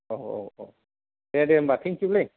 औ औ दे दे होमबा थेंकिइउलै